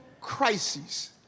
crisis